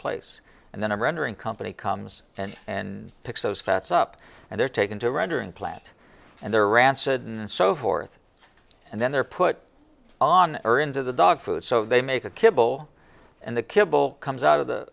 place and then a rendering company comes and and picks those fats up and they're taken to a rendering plant and they're rancid and so forth and then they're put on or into the dog food so they make a kibble and the kibble comes out of the